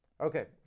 Okay